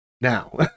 Now